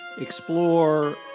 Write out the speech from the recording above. explore